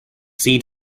seed